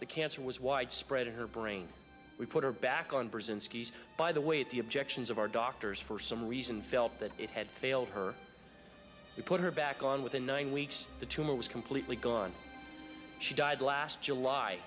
the cancer was widespread in her brain we put her back on brzezinski's by the way at the objections of our doctors for some reason felt that it had failed her we put her back on within nine weeks the tumor was completely gone she died last july